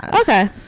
okay